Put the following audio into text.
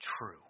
true